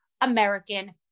American